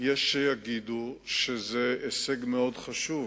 יש שיגידו שזה הישג מאוד חשוב